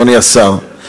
אדוני השר,